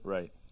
Right